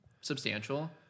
substantial